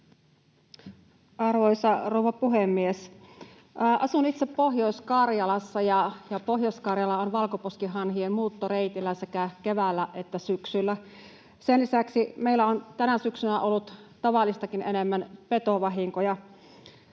Arvoisa rouva puhemies! Asun itse Pohjois-Karjalassa, ja Pohjois-Karjala on valkoposkihanhien muuttoreitillä sekä keväällä että syksyllä. Sen lisäksi meillä on tänä syksynä ollut tavallistakin enemmän petovahinkoja.